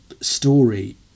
story